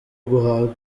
guhanga